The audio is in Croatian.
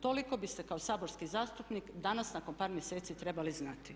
Toliko biste kao saborski zastupnik danas nakon par mjeseci trebali znati.